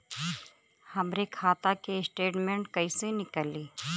हमरे खाता के स्टेटमेंट कइसे निकली?